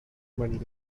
money